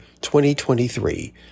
2023